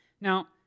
Now